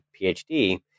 PhD